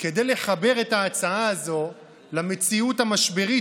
כדי לחבר את ההצעה הזאת למציאות המשברית